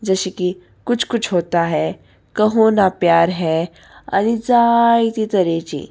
जशें की कुछ कुछ होता है कहो ना प्यार है आनी जायते तरेची